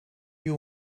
you